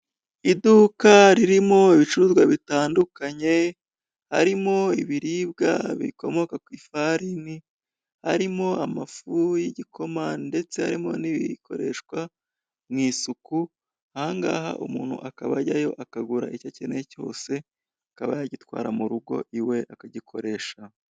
Iduka ririmo ibicuruzwa bitandukanye, harimo ibiribwa bikomoka ku ifarini, harimo amafu y'igikoma, ndetse harimo n'ibikoreshwa mu isuku, aha ngaha umuntu akaba ajyayo akagura icyo akeneye, cyose akaba yagitwara mu rugo iwe akagikoresha.